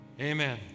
Amen